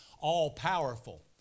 all-powerful